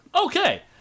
Okay